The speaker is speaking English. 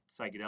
psychedelic